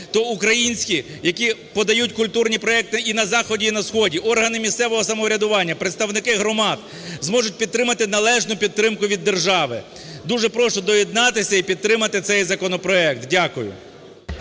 то українці, які подають культурні проекти і на заході, і на сході, органи місцевого самоврядування, представники громад зможуть підтримати належну підтримку від держави. Дуже прошу доєднатися і підтримати цей законопроект. Дякую.